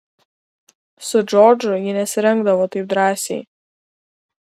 su džordžu ji nesirengdavo taip drąsiai